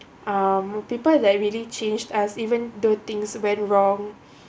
um people that really changed as even though things went wrong